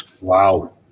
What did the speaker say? Wow